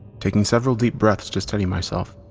taking several deep breaths to steady myself,